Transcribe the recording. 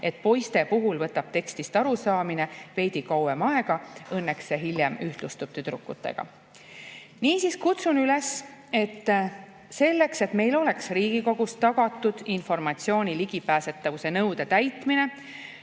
et poiste puhul võtab tekstist arusaamine veidi kauem aega. Õnneks see hiljem ühtlustub tüdrukutega. Niisiis kutsun üles: selleks, et meil oleks Riigikogus tagatud informatsiooni ligipääsetavuse nõude täitmine,